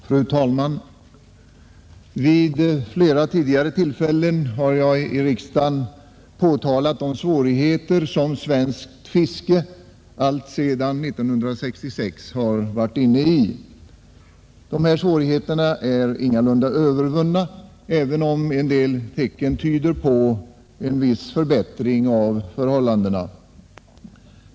Fru talman! Vid flera tidigare tillfällen har jag i riksdagen påtalat de svårigheter som svenskt fiske alltsedan 1966 har varit inne i. Dessa svårigheter är ingalunda övervunna, även om en del tecken tyder på en viss förbättring av förhållandena.